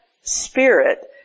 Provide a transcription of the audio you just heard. spirit